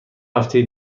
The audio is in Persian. هفته